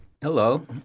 Hello